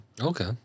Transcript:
Okay